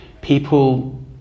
people